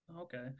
Okay